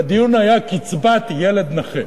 והדיון היה: קצבת ילד נכה.